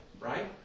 right